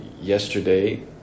yesterday